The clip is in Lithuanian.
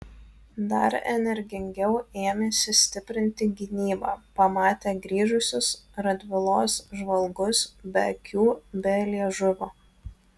dar energingiau ėmėsi stiprinti gynybą pamatę grįžusius radvilos žvalgus be akių be liežuvio